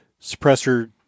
suppressor